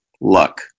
luck